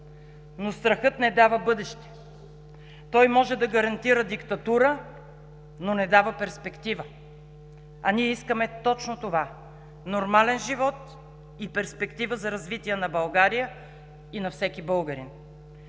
но страхът не дава бъдеще. Той може да гарантира диктатура, но не дава перспектива. А ние искаме точно това: нормален живот и перспектива за развитие на България и на всеки българин.